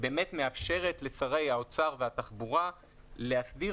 באמת מאפשרת לשרי האוצר והתחבורה להסדיר